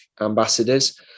ambassadors